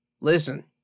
listen